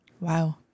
Wow